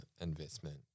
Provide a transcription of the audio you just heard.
investment